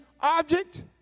object